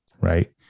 right